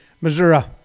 Missouri